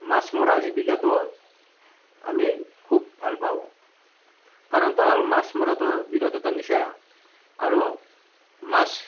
মাছ মৰাৰ জীৱিকাটো আমি খুব ভাল পাওঁ কাৰণটো হ'ল মাছ মৰাটো বিৰাট এটা নিচা আৰু মাছ